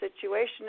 situation